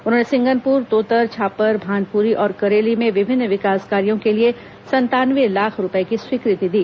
उन्होंने सिंगनपुर तोतर छापर भानपुरी और करेली में विभिन्न विकास कार्यों के लिए संतानवे लाख रूपए की स्वीकृति दी